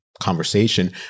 conversation